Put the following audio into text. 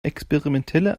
experimentelle